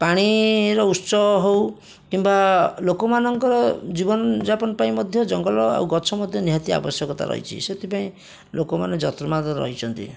ପାଣିର ଉତ୍ସ ହଉ କିମ୍ବା ଲୋକମାନଙ୍କର ଜୀବନଯାପନ ପାଇଁ ମଧ୍ୟ ଜଙ୍ଗଲ ଆଉ ଗଛ ମଧ୍ୟ ନିହାତି ଆବଶ୍ୟକତା ରହିଛି ସେଥିପାଇଁ ଲୋକମାନେ ଯତ୍ନବାନ ରହିଛନ୍ତି